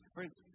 Friends